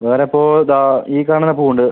വേറെ ഇപ്പോൾ ദാ ഈ കാണുന്ന പൂ ഉണ്ട്